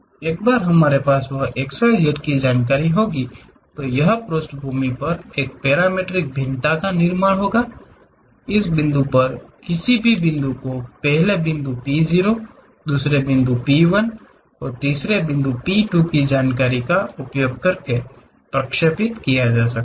एक बार हमारे पास वह x y z जानकारी होगी तो यह पृष्ठभूमि पर एक पैरामीट्रिक भिन्नता का निर्माण करेगा उस बिंदु पर किसी भी बिंदु को पहले बिंदु P 0 दूसरे बिंदु P 1 और तीसरे बिंदु P 2 की जानकारी का उपयोग करके प्रक्षेपित किया जा सकता है